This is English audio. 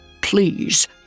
Please